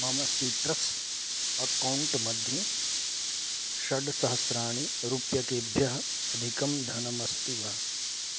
मम सिट्रस् अकौण्ट्मध्ये षड्सहस्राणि रूप्यकेभ्यः अधिकं धनमस्ति वा